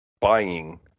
buying